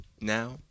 now